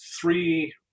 three